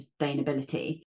sustainability